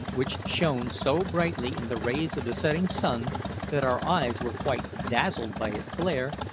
which shone so brightly in the rays of the setting sun that our eyes were quite dazzled by its glare,